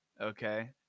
Okay